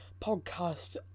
podcast